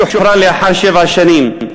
שוחררו לאחר שבע שנים.